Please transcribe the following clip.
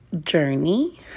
journey